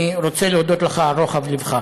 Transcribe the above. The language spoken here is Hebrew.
אני רוצה להודות לך על רוחב לבך.